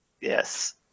Yes